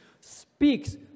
speaks